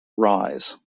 rise